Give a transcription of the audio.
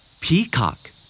Peacock